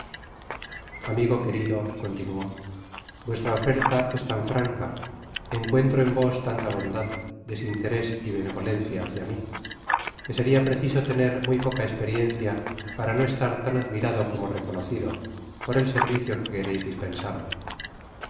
amigo querido continuó vuestra oferta es tan franca encuentro en vos tanta bondad desinterés y benevolencia hacia mi que seria preciso tener muy poca esperieoca para no estar tan admirado como reconocido por el servicio que quereis dispensarme